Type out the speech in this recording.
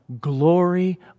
glory